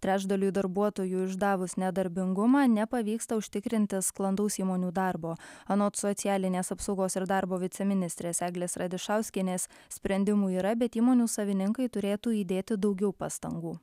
trečdaliui darbuotojų išdavus nedarbingumą nepavyksta užtikrinti sklandaus įmonių darbo anot socialinės apsaugos ir darbo viceministrės eglės radišauskienės sprendimų yra bet įmonių savininkai turėtų įdėti daugiau pastangų